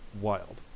wild